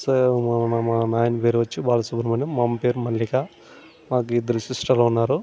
స మా నాయన పేరొచ్చి బాలసుబ్రహ్మణ్యం మా అమ్మ పేరు మల్లిక నాకు ఇద్దరు సిస్టర్లున్నారు